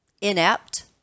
inept